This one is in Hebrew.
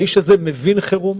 האיש הזה מבין חירום,